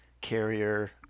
carrier